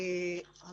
מה